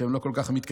שהן לא כל כך מתקדמות,